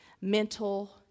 mental